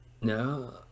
No